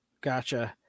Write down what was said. Gotcha